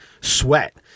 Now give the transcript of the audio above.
sweat